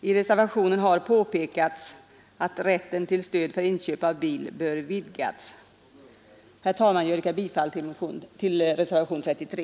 I reservationen har påpekats att rätten till stöd för inköp av bil bör vidgas. Herr talman! Jag yrkar bifall till reservationen 33.